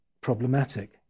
problematic